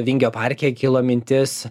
vingio parke kilo mintis